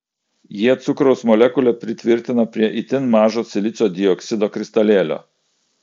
jie cukraus molekulę pritvirtina prie itin mažo silicio dioksido kristalėlio